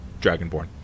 Dragonborn